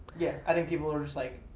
yeah, i think people were just like,